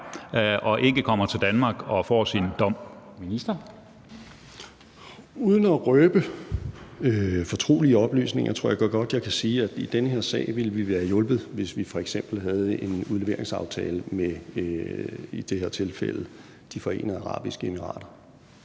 13:21 Justitsministeren (Nick Hækkerup): Uden at røbe fortrolige oplysninger tror jeg godt, jeg kan sige, at i den her sag ville vi være hjulpet, hvis vi f.eks. havde en udleveringsaftale med i det her tilfælde De Forenede Arabiske Emirater.